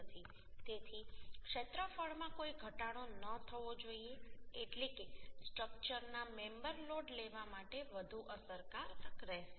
તેથી ક્ષેત્રફળમાં કોઈ ઘટાડો ન થવો જોઈએ એટલે કે સ્ટ્રક્ચર ના મેમ્બર લોડ લેવા માટે વધુ અસરકારક રહેશે